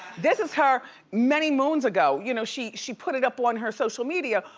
this is her many moons ago, you know she she put it up on her social media,